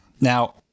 Now